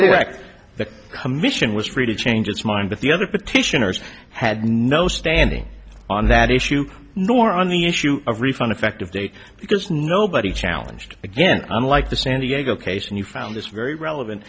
correct the commission was free to change its mind that the other petitioners had no standing on that issue nor on the issue of refund effective date because nobody challenged again unlike the san diego case and you found this very relevant